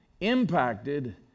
impacted